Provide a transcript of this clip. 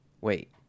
wait